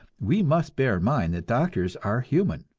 we must bear in mind that doctors are human,